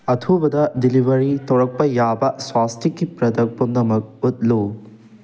ꯑꯊꯨꯕꯗ ꯗꯤꯂꯤꯕꯔꯤ ꯇꯧꯔꯛꯄ ꯌꯥꯕ ꯁ꯭ꯋꯥꯁꯇꯤꯛꯀꯤ ꯄ꯭ꯔꯗꯛ ꯄꯨꯝꯅꯃꯛ ꯎꯠꯂꯨ